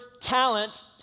talent